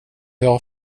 jag